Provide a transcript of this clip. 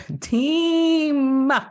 team